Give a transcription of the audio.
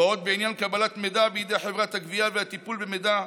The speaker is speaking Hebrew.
הוראות בעניין קבלת מידע בידי חברת הגבייה והטיפול במידע,